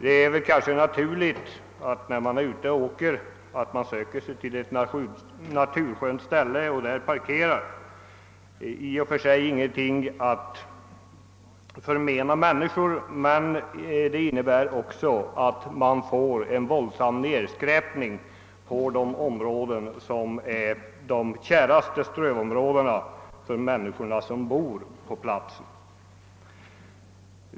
När man är ute och bilar är det väl naturligt att man söker sig till ett naturskönt ställe och parkerar där. I och för sig är det ingenting att förmena människorna. Men det innebär att vi får en våldsam nedskräpning i de marker som är de käraste strövområdena för dem som bor på platsen.